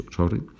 sorry